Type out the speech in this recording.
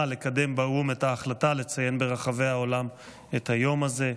לקדם באו"ם את ההחלטה לציין ברחבי העולם את היום הזה.